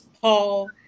Paul